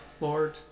Lord